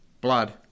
blood